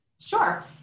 Sure